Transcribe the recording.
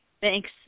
Thanks